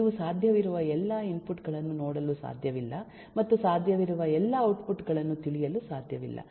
ನೀವು ಸಾಧ್ಯವಿರುವ ಎಲ್ಲ ಇನ್ಪುಟ್ ಗಳನ್ನು ನೋಡಲು ಸಾಧ್ಯವಿಲ್ಲ ಮತ್ತು ಸಾಧ್ಯವಿರುವ ಎಲ್ಲ ಔಟ್ಪುಟ್ ಗಳನ್ನು ತಿಳಿಯಲು ಸಾಧ್ಯವಿಲ್ಲ